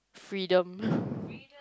freedom